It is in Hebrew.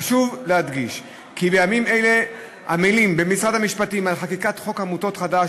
חשוב להדגיש כי בימים אלה עמלים במשרד המשפטים על חקיקת חוק עמותות חדש,